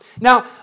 Now